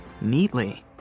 neatly